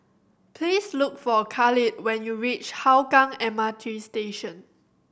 please look for Khalid when you reach Hougang M R T Station